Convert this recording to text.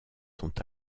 sont